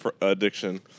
addiction